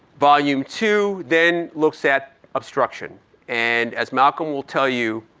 volume two then looks at obstruction and as malcolm will tell you,